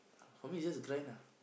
for me it's just ah